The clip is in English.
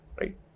right